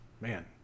man